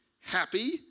happy